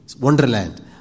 Wonderland